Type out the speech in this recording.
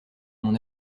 mon